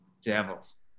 Devils